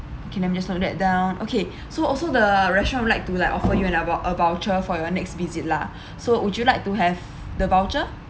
okay let me just note that down okay so also the restaurant would like to like offer you an about a voucher for your next visit lah so would you like to have the voucher